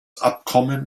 abkommen